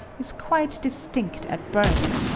is quite distinct at birth,